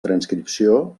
transcripció